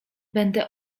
będę